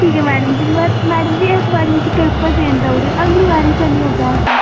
ठीक ऐ मैडम जी मगर मैडम जी इस बारी मिकी पेपर देन देई ओड़ेओ अगली बारी शा निं होगा ऐसा